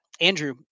Andrew